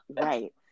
right